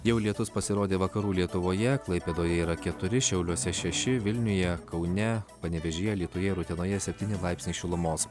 jau lietus pasirodė vakarų lietuvoje klaipėdoje yra keturi šiauliuose šeši vilniuje kaune panevėžyje alytuje ir utenoje septyni laipsniai šilumos